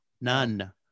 None